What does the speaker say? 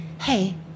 hey